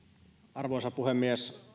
arvoisa puhemies